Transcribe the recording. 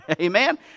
Amen